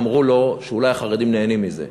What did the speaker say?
אמרו לו שאולי החרדים נהנים מזה.